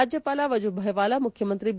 ರಾಜ್ಯಪಾಲ ವಜೂಭಾಯಿ ವಾಲಾ ಮುಖ್ಯಮಂತ್ರಿ ಬಿ